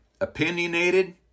Opinionated